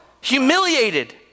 humiliated